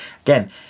again